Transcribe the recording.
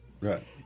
right